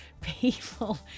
people